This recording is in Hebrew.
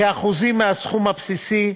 כאחוזים מהסכום הבסיסי.